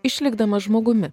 išlikdamas žmogumi